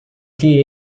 que